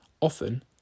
often